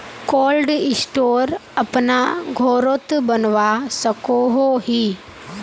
Cold store अपना घोरोत बनवा सकोहो ही?